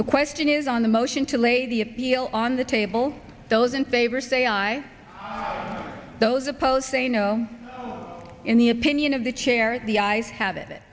the question is on the motion to lay the appeal on the table those in favor say aye those opposed say no in the opinion of the chair the eyes ha